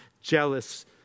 Jealous